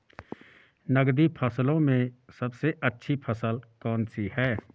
नकदी फसलों में सबसे अच्छी फसल कौन सी है?